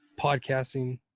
podcasting